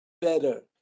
better